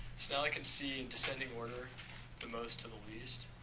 now i can see in descending order the most to the least